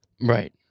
right